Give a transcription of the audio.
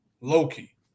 Loki